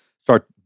start